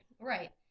Right